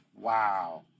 wow